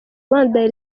one